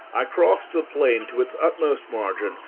i crossed the plain to its utmost margin,